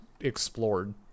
explored